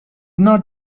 not